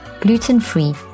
gluten-free